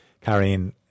carrying